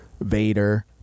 vader